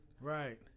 Right